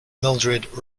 mildrid